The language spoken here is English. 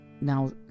Now